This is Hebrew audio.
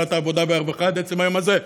ועדת העבודה והרווחה עד עצם היום הזה.